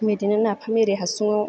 बिदिनो नाफाम इरि हासुंआव